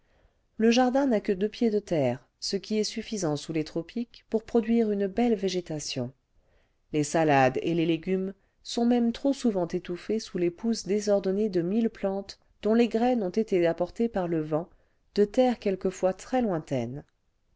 le jardin n'a que deux pieds de terre ce qui est suffisant sous les tropiques pour produire une belle végétation les salades et les légumes sont même trop souvent étouffés sous les pousses désordonnées de mille plantes dont les graines ont été apportées par le vent de terres quelquefois très lointaines